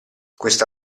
questa